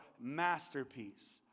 Masterpiece